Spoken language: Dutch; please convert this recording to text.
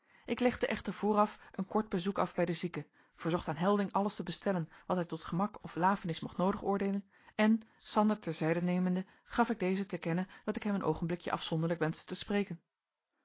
ik legde echter vooraf een kort bezoek af bij de zieke verzocht aan helding alles te bestellen wat hij tot gemak of lafenis mocht noodig oordeelen en sander ter zijde nemende gaf ik dezen te kennen dat ik hem een oogenblikje afzonderlijk wenschte te spreken